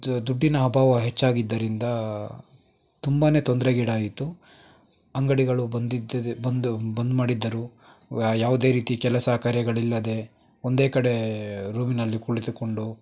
ದುಡ್ಡಿನ ಅಭಾವ ಹೆಚ್ಚಾಗಿದ್ದರಿಂದ ತುಂಬ ತೊಂದರೆಗೀಡಾಯಿತು ಅಂಗಡಿಗಳು ಬಂದಿದ್ದುದು ಬಂದು ಬಂದ್ ಮಾಡಿದ್ದರು ವ್ಯ ಯಾವುದೇ ರೀತಿ ಕೆಲಸ ಕಾರ್ಯಗಳಿಲ್ಲದೇ ಒಂದೇ ಕಡೆ ರೂಮಿನಲ್ಲಿ ಕುಳಿತುಕೊಂಡು